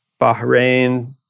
Bahrain